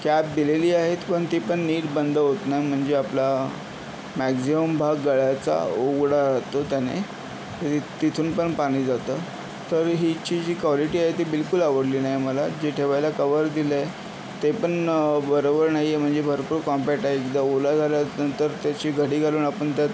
cap दिलेली आहेत पन ती पण नीट बंद होत नाही म्हणजे आपला मॅझ्मिमम भाग गळ्याचा उघडा राहतो त्याने तिथून पण पाणी जातं तर हिची जी क्वालिटी आहे ती बिलकूल आवडली नाही आहे मला जे ठेवायला कव्हर दिलंआहे ते पण बरोबर नाही आहे म्हणजे भरपूर कॉम्पॅक्ट आहे एकदा ओला झाल्या नंतर त्याची घडी घालून आपण त्यात